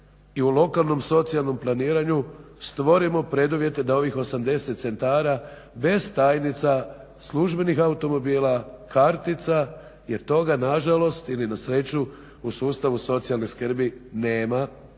i u lokalnom socijalnom planiranju stvorimo preduvjete da ovih 80 centara bez tajnica službenih automobila, kartica jer toga nažalost ili na sreću u sustavu socijalne skrbi nema.